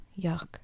yuck